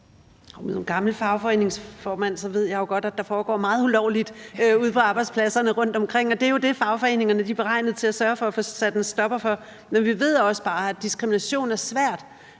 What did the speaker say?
Som gammel fagforeningsformand ved jeg jo godt, at der foregår meget, som er ulovligt, ude på arbejdspladserne rundtomkring, og det er jo det, fagforeningerne er beregnet til at sørge for at få sat en stopper for. Men vi ved også bare, at det er svært